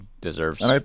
deserves